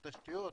תשתיות,